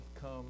come